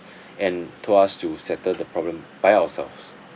and told us to settle the problem by ourselves